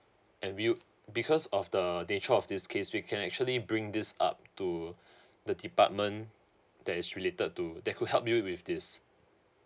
and we'll because of the nature of this case we can actually bring this up to the department that is related to that could help you with this